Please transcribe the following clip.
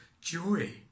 joy